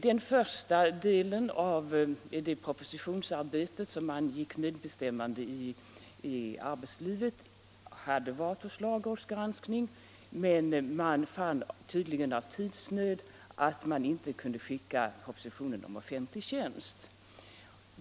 Den första delen av det propositionsarbete som angick medbestämmande i arbetslivet hade varit hos lagrådet för granskning, men man fann tydligen av tidsnöd att man inte kunde skicka propositionen om offentlig tjänst till lagrådet.